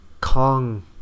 Kong